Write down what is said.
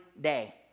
day